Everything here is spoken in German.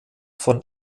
von